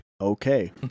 okay